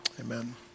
Amen